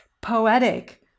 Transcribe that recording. poetic